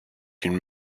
qu’une